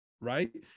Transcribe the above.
Right